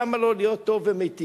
למה לא להיות טוב ומיטיב?